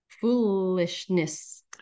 foolishness